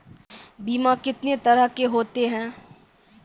बीमा कितने तरह के होते हैं?